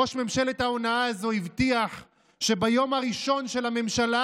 ראש ממשלת ההונאה הזו הבטיח שביום הראשון של הממשלה